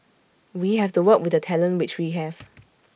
we have to work with the talent which we have